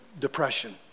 depression